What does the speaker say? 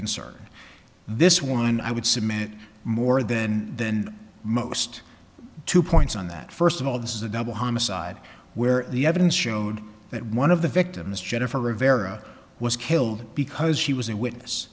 concern this one i would submit more than than most two points on that first of all this is a double homicide where the evidence showed that one of the victims jennifer rivera was killed because she was a witness